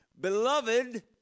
Beloved